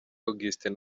augustin